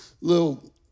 little